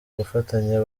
gufatanya